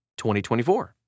2024